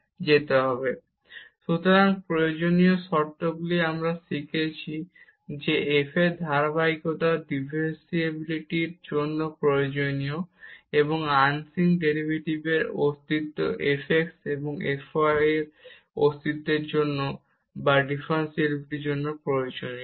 Δ za Δ x b Δ yϵ 1 Δ xϵ 2 Δ y সুতরাং প্রয়োজনীয় শর্তগুলি আমরা শিখেছি যে f এর ধারাবাহিকতা ডিফারেনশিবিলিটির জন্য প্রয়োজনীয় আংশিক ডেরিভেটিভের অস্তিত্ব f x এবং f y এর অস্তিত্বের জন্য বা ডিফারেনশিবিলিটির জন্য প্রয়োজনীয়